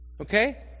okay